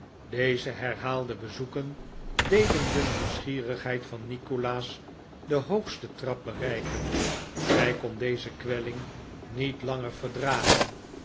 deze herhaalde bezoeken deden de nieuwsgierigheid van nikolaas den hoogsten trap bereiken hij kon deze kwelling niet langer verdragen